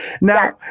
Now